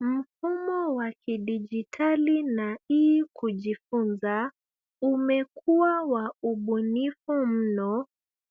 Mfumo wa kidijitali na e-kujifunza umekuwa wa ubunifi mno